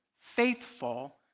faithful